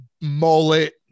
mullet